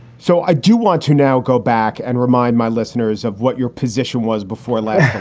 so i do want to now go back and remind my listeners of what your position was before last,